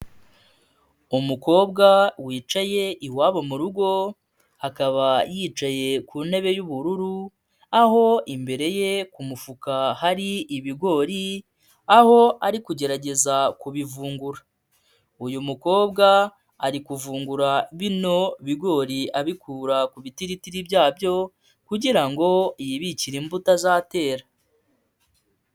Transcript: Umukobwa wicaye iwabo mu rugo akaba yicaye ku ntebe y'ubururu, aho imbere ye ku mufuka hari ibigori aho ari kugerageza kubivungura, uyu mukobwa ari kuvungura bino bigori abikura ku bitiritiri byabyo kugira ngo yibikire imbuto azatera.